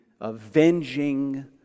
avenging